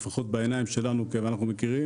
לפחות בעיניים שלנו כי אנחנו מכירים